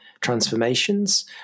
transformations